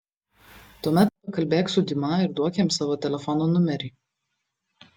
tuomet pakalbėk su diuma ir duok jiems savo telefono numerį